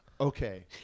okay